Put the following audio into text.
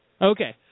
Okay